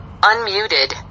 Unmuted